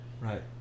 Right